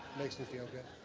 makes me feel good.